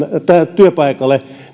työpaikalle